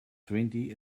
twenty